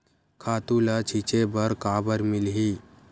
खातु ल छिंचे बर काबर मिलही?